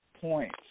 points